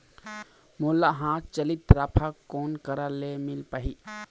मोला हाथ चलित राफा कोन करा ले मिल पाही?